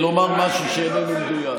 לומר משהו שאיננו מדויק.